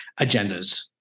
agendas